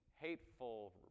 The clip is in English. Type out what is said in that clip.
hateful